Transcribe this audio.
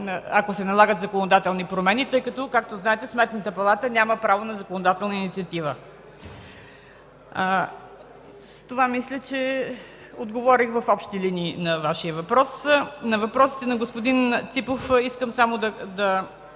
ако се налагат законодателни промени. Както знаете, Сметната палата няма право на законодателна инициатива. С това, мисля, че отговорих в общи линии на Вашия въпрос. На въпросите на господин Ципов. Искам да